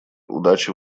удачи